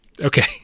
Okay